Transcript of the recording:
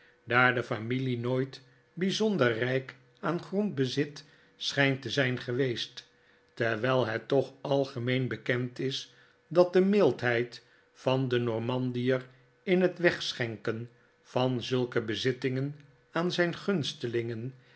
daar de familie nooit bijzonder rijk aan grondbezit schijnt te zijn geweest terwijl het toch algemeen bekend is dat de mildheid van den normandier in het wegschenken van zulke bezittingen aan zijn